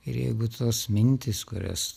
ir jeigu tos mintys kurias